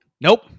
nope